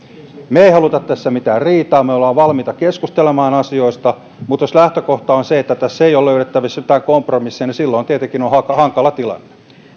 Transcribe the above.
me emme halua tässä mitään riitaa ja me olemme valmiita keskustelemaan asioista mutta jos lähtökohta on se että tässä ei ole löydettävissä jotain kompromissia niin silloin tietenkin on hankala tilanne